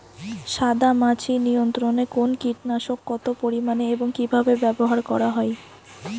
সাদামাছি নিয়ন্ত্রণে কোন কীটনাশক কত পরিমাণে এবং কীভাবে ব্যবহার করা হয়?